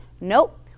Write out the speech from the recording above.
Nope